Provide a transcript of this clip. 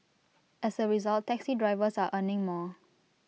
as A result taxi drivers are earning more